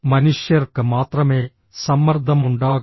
മനുഷ്യർക്ക് മാത്രമേ സമ്മർദ്ദമുണ്ടാകൂ